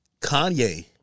Kanye